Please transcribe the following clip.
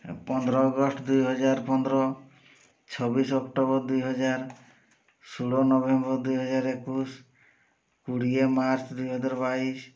ପନ୍ଦର ଅଗଷ୍ଟ ଦୁଇହଜାର ପନ୍ଦର୍ ଛବିଶ ଅକ୍ଟୋବର୍ ଦୁଇହଜାର୍ ଷୋହଳ ନଭେମ୍ବର୍ ଦୁଇହଜାର୍ ଏକୋଇଶ୍ କୁଡ଼ିଏ ମାର୍ଚ୍ଚ ଦୁଇହଜାର୍ ବାଇଶ୍